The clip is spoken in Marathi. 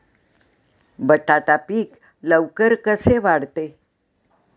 बटाटा पीक लवकर कसे वाढते?